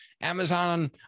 Amazon